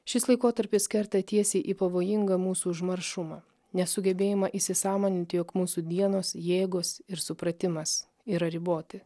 šis laikotarpis kerta tiesiai į pavojingą mūsų užmaršumą nesugebėjimą įsisąmoninti jog mūsų dienos jėgos ir supratimas yra riboti